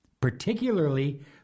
particularly